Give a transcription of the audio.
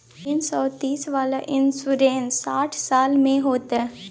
तीन सौ तीस वाला इन्सुरेंस साठ साल में होतै?